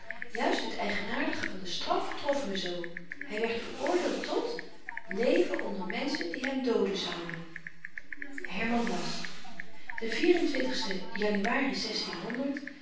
juist het eigenaardige van de straf trof me zoo hy werd veroordeeld tot leven onder menschen die hem dooden zouden herman las den